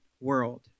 world